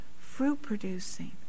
fruit-producing